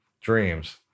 dreams